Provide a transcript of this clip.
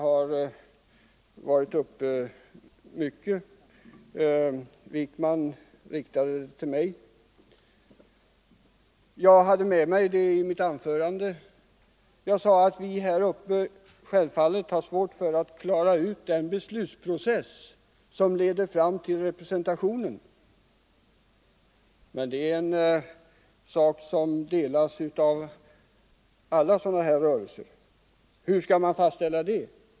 Herr Wijkman riktade frågan till mig. Jag hade med det i mitt anförande — jag sade att vi här uppe självfallet har svårt att klara ut den beslutsprocess som leder fram till representationen. Men det problemet är gemensamt för alla sådana här rörelser. Hur skall man fastställa detta?